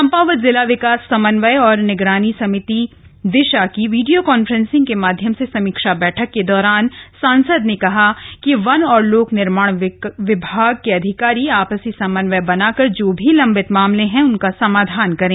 चम्पावत जिला विकास समन्वय और निगरानी समिति दिशा की वीडियो कॉन्फ्रेंसिंग के माध्यम से समीक्षा के दौरान सांसद ने कहा कि वन और लोक निर्माण विभाग के अधिकारी आपसी समन्वय बनाकर जो भी लम्बित मामले हैं उनका समाधान करें